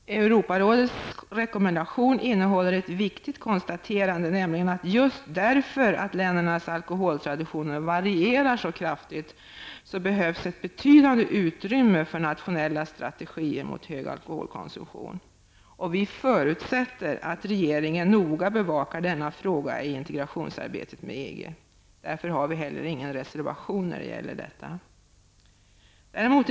Europarådets rekommendation innehåller ett viktigt konstaterande, nämligen att just därför att ländernas alkoholtraditioner varierar så kraftigt behövs ett betydande utrymme för nationella strategier mot hög alkoholkonsumtion. Vi förutsätter att regeringen noga bevakar denna fråga i integrationsarbetet med EG. Därför har vi heller ingen reservation på denna punkt.